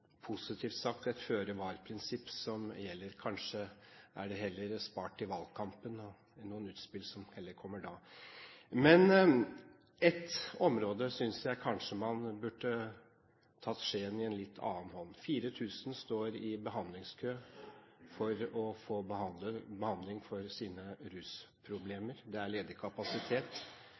positivt sagt et føre-var-prinsipp som gjelder – kanskje er det heller spart til noen utspill i valgkampen. På ett område synes jeg kanskje man burde tatt skjeen i en litt annen hånd. 4 000 står i behandlingskø for å få behandling for sine rusproblemer. Det er